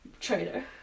Trader